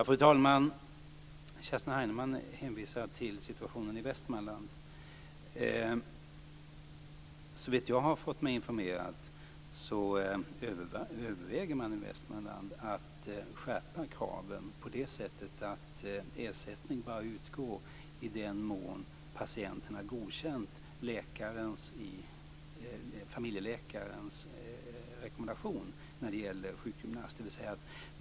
Fru talman! Kerstin Heinemann hänvisar till situationen i Västmanland. Jag har blivit informerad om att man i Västmanland överväger att skärpa kraven på det sättet att ersättning bara skall utgå i den mån patienten har godkänt familjeläkarens rekommendation när det gäller sjukgymnast.